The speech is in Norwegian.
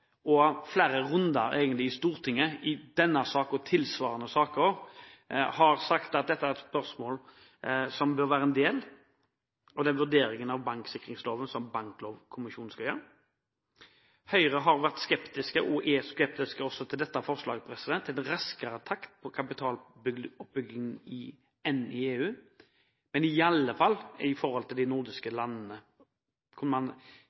minstekrav. Flere høringsinstanser har sagt – og man har hatt flere runder i Stortinget om tilsvarende saker – at dette er et spørsmål som bør være en del av den vurderingen av banksikringsloven som Banklovkommisjonen skal gjøre. Høyre har vært, og er, skeptisk til dette forslaget om en raskere takt på kapitaloppbyggingen enn i EU, og i alle fall i forhold til de nordiske landene, hvor man